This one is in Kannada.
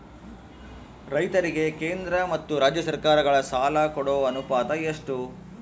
ರೈತರಿಗೆ ಕೇಂದ್ರ ಮತ್ತು ರಾಜ್ಯ ಸರಕಾರಗಳ ಸಾಲ ಕೊಡೋ ಅನುಪಾತ ಎಷ್ಟು?